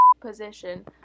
position